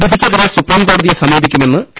വിധിക്കെതിരെ സുപ്രീംകോടതിയെ സമീപിക്കുമെന്ന് കെ